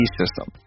system